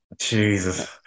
Jesus